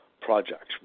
projects